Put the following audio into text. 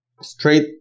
straight